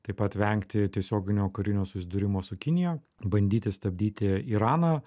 taip pat vengti tiesioginio karinio susidūrimo su kinija bandyti stabdyti iraną